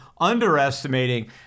underestimating